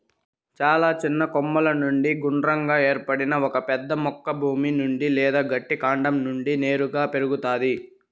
చాలా చిన్న కొమ్మల నుండి గుండ్రంగా ఏర్పడిన ఒక పెద్ద మొక్క భూమి నుండి లేదా గట్టి కాండం నుండి నేరుగా పెరుగుతాది